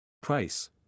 Price